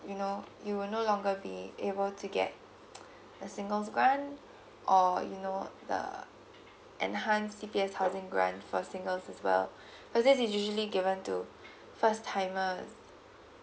you know you will no longer be able to get a single's grant or you know the enhanced C_P_F housing grant for singles as well cause this is usually given to first timers